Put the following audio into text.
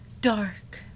Dark